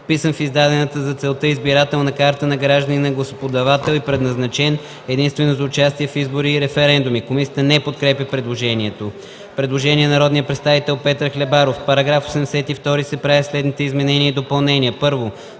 вписан в издадената за целта избирателна карта на гражданина-гласоподавател и предназначен единствено за участие в избори и референдуми.” Комисията не подкрепя предложението. Предложение на народния представител Петър Хлебаров: В § 82 се правят следните изменения и допълнения: